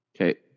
okay